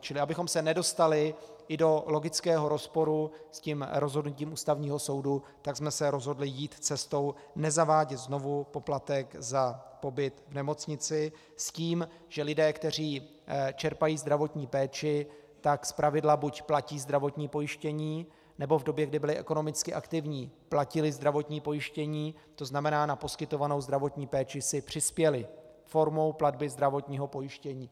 Čili abychom se nedostali i do logického rozporu s rozhodnutím Ústavního soudu, tak jsme se rozhodli jít cestou nezavádět znovu poplatek za pobyt v nemocnici s tím, že lidé, kteří čerpají zdravotní péči, zpravidla buď platí zdravotní pojištění, nebo v době, kdy byli ekonomicky aktivní, platili zdravotní pojištění, to znamená, na poskytovanou zdravotní péči si přispěli formou platby zdravotního pojištění.